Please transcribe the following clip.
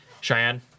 Cheyenne